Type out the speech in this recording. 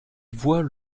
voit